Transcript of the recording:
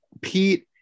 Pete